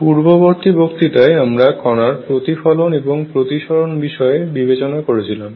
পূর্ববর্তী বক্তৃতায় আমরা কণার প্রতিফলন এবং প্রতিসরণ বিষয়ে বিবেচনা করেছিলাম